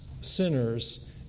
sinners